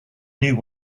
knew